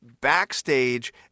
backstage